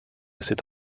cette